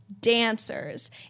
dancers